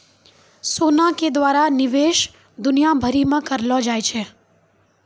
सोना के द्वारा निवेश दुनिया भरि मे करलो जाय छै